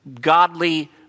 godly